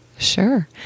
Sure